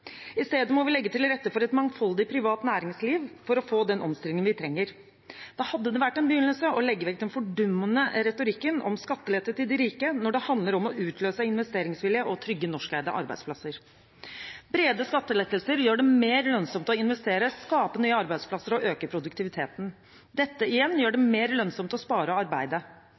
I stedet må vi legge til rette for et mangfoldig privat næringsliv for å få den omstillingen vi trenger. Da hadde det vært en begynnelse å legge vekk den fordummende retorikken om skattelettelser til de rike, når det handler om å utløse investeringsvilje og trygge norskeide arbeidsplasser. Brede skattelettelser gjør det mer lønnsomt å investere, skape nye arbeidsplasser og øke produktiviteten. Dette igjen gjør det